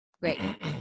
great